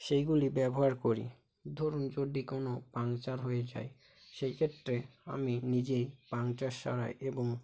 সেইগুলি ব্যবহার করি ধরুন যদি কোনো পাংচার হয়ে যায় সেইক্ষেত্রে আমি নিজেই পাংচার সারাই এবং